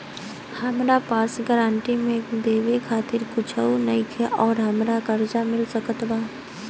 हमरा पास गारंटी मे देवे खातिर कुछूओ नईखे और हमरा कर्जा मिल सकत बा?